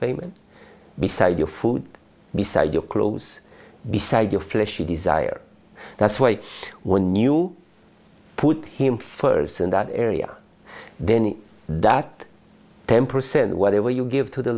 payment beside your food beside your clothes beside your fleshly desire that's why when you put him first in that area then that ten percent whatever you give to the